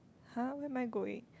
!huh! where am I going